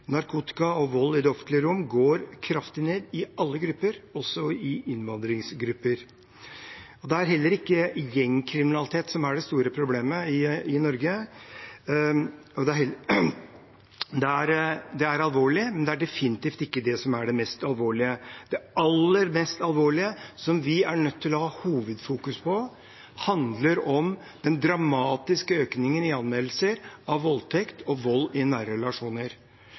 narkotika og vold i det offentlige rom går kraftig ned i alle grupper, også i innvandrergrupper. Det er heller ikke gjengkriminalitet som er det store problemet i Norge. Det er alvorlig, men det er definitivt ikke det som er det mest alvorlige. Det aller mest alvorlige, og som vi er nødt til å fokusere mest på, handler om den dramatiske økningen i anmeldelser av voldtekt og vold i